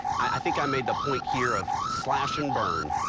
i think i made the point here of slash and burn,